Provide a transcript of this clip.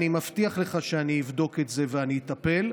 אני מבטיח לך שאני אבדוק את זה, ואני אטפל.